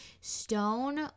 stone